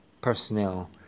personnel